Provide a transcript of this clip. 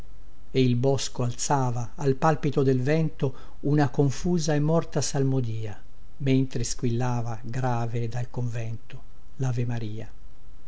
e il bosco alzava al palpito del vento una confusa e morta salmodia mentre squillava grave dal convento